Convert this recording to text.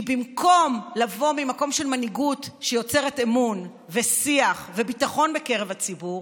כי במקום לבוא ממקום של מנהיגות שיוצרת אמון ושיח וביטחון בקרב הציבור,